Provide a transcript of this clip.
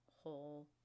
whole